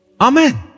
Amen